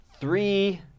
three